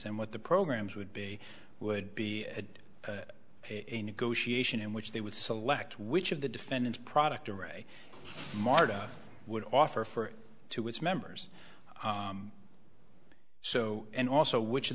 and what the programs would be would be a did a negotiation in which they would select which of the defendants product or a martha would offer for it to its members so and also which of